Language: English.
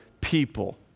people